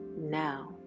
now